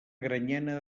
granyena